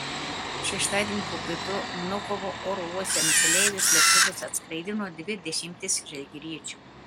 šeštadienį po pietų vnukovo oro uoste nusileidęs lėktuvas atskraidino dvi dešimtis žalgiriečių